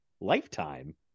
lifetime